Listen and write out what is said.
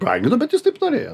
brangiai nu bet jis taip norėjo